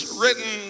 written